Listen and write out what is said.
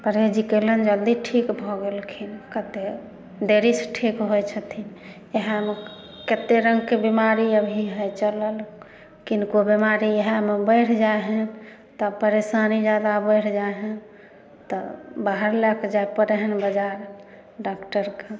परहेज कयलनि जल्दी ठीक भऽ गेलखिन कतेक देरी सऽ ठीक होइ छथिन इएहमे कतेक रङ्गके बीमारी अभी हइ चलल किनको बीमारी इएहमे बढ़ि जाइ हइ तब परेशानी जादा बढ़ि जाइ हइ तऽ बाहर लऽ के जाय परै हन बजार डाक्टर कन